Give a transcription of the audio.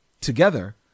Together